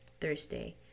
Thursday